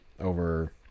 over